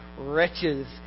wretches